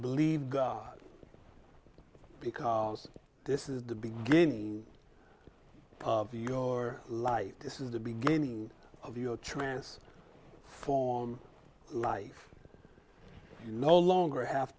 believe because this is the beginning of your life this is the beginning of your trance form life you no longer have